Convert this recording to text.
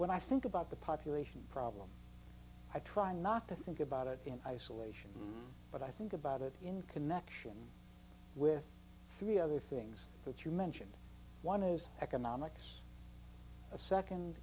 when i think about the population problem i try not to think about it in isolation but i think about it in connection with three other things that you mentioned one is economics a